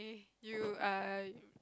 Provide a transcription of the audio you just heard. you are